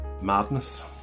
Madness